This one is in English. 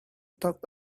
talked